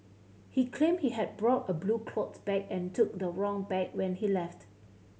he claimed he had brought a blue cloth bag and took the wrong bag when he left